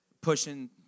Pushing